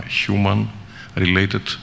human-related